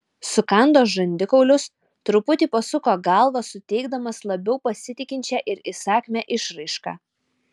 sukando žandikaulius truputį pasuko galvą suteikdamas labiau pasitikinčią ir įsakmią išraišką